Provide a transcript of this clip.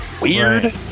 weird